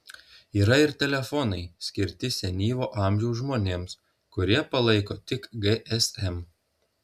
yra ir telefonai skirti senyvo amžiaus žmonėms kurie palaiko tik gsm